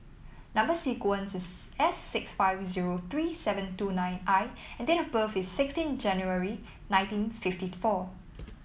number sequence is S six five zero three seven two nine I and date of birth is sixteen January nineteen fifty four